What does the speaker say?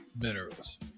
minerals